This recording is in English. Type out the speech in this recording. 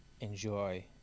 enjoy